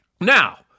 Now